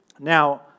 Now